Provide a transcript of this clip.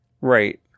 Right